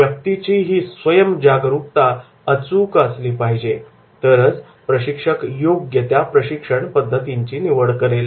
व्यक्तीची ही स्वयम् जागरूकता अचूक असली पाहिजे तरच प्रशिक्षक योग्य त्या प्रशिक्षण पद्धतीची निवड करेल